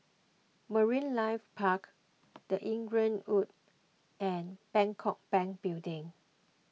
Marine Life Park the Inglewood and Bangkok Bank Building